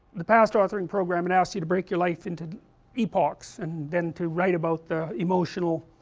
the past authoring program and asks you to break your life into epochs and then to write about the emotional,